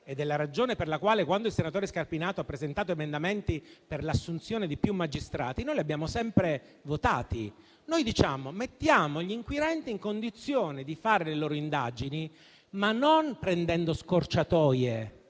questa la ragione per la quale, quando il senatore Scarpinato ha presentato emendamenti per l'assunzione di più magistrati, noi li abbiamo sempre votati. A nostro avviso dobbiamo mettere gli inquirenti in condizione di fare le loro indagini, ma non prendendo scorciatoie,